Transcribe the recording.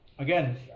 Again